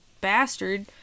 bastard